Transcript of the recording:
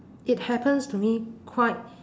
it happens to me quite